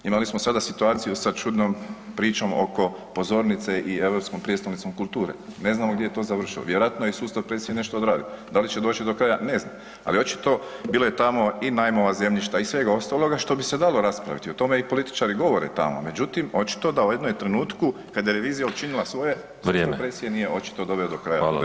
Imali smo sada situaciju sa čudnom pričom oko pozornice i Europskom prijestolnicom kulture, ne znamo gdje je to završilo, vjerojatno je sustav presije nešto odradio, da li će doći do kraja, ne znam, ali očito bilo je tamo i najmova zemljišta i svega ostaloga što bi se dalo raspraviti, o tome političari i govore tamo međutim očito da u jednome trenutku kada je revizija učinila svoje [[Upadica Škoro: Vrijeme.]] sustav presije nije očito doveo do kraja određene